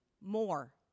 more